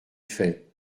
fait